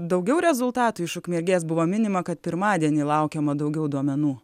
daugiau rezultatų iš ukmergės buvo minima kad pirmadienį laukiama daugiau duomenų